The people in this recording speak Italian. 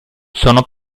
sono